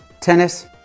tennis